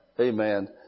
Amen